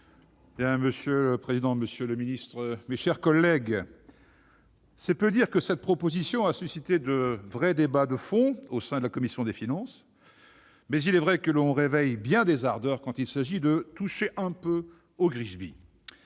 Monsieur le président, monsieur le secrétaire d'État, mes chers collègues, c'est peu de dire que cette proposition de loi a suscité de vrais débats de fond au sein de la commission des finances ; mais il est vrai que l'on réveille bien des ardeurs quand il s'agit de toucher un peu au grisbi